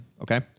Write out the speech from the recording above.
okay